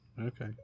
Okay